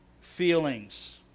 feelings